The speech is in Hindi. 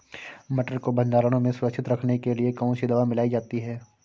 मटर को भंडारण में सुरक्षित रखने के लिए कौन सी दवा मिलाई जाती है?